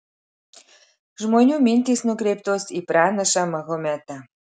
žmonių mintys nukreiptos į pranašą mahometą